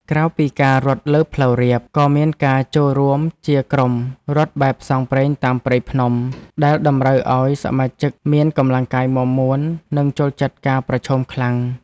ក្រៅពីការរត់លើផ្លូវរាប ក៏មានការចូលរួមជាក្រុមរត់បែបផ្សងព្រេងតាមព្រៃភ្នំ ដែលតម្រូវឱ្យសមាជិកមានកម្លាំងកាយមាំមួន និងចូលចិត្តការប្រឈមខ្លាំង។